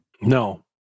No